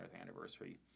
anniversary